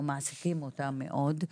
או מעסיקים אותה מאוד,